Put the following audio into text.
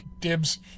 dibs